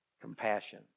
compassion